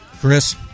Chris